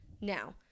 Now